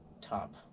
top